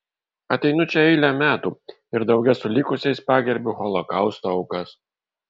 ateinu čia eilę metų ir drauge su likusiais pagerbiu holokausto aukas